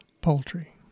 poultry